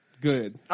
Good